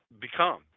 become